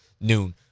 noon